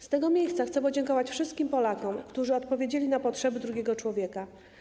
Z tego miejsca chcę podziękować wszystkim Polakom, którzy odpowiedzieli na potrzeby drugiego człowieka.